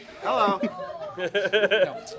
Hello